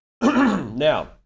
Now